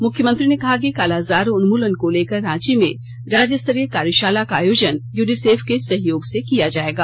मुख्यमंत्री ने कहा कि कालाजार उन्मूलन को लेकर रांची में राज्यस्तरीय कार्यशाला का आयोजन यूनिसेफ के सहयोग से किया जाएगा